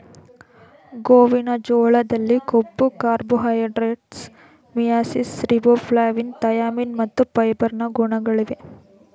ಗೋವಿನ ಜೋಳದಲ್ಲಿ ಕೊಬ್ಬು, ಕಾರ್ಬೋಹೈಡ್ರೇಟ್ಸ್, ಮಿಯಾಸಿಸ್, ರಿಬೋಫ್ಲಾವಿನ್, ಥಯಾಮಿನ್ ಮತ್ತು ಫೈಬರ್ ನ ಗುಣಗಳಿವೆ